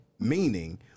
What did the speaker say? Meaning